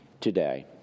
today